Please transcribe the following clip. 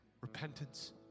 repentance